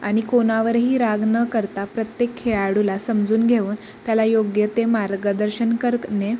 आणि कोणावरही राग न करता प्रत्येक खेळाडूला समजून घेऊन त्याला योग्य ते मार्गदर्शन करणे